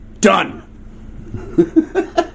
Done